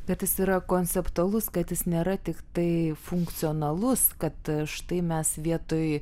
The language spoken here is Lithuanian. bet jis yra konceptualus kad jis nėra tiktai funkcionalus kad štai mes vietoj